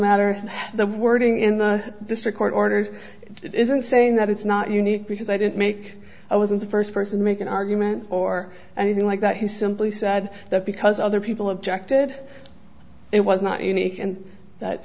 matter the wording in the district court orders it isn't saying that it's not unique because i didn't make i wasn't the first person make an argument or anything like that he simply said that because other people objected it was not unique in that